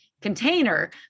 container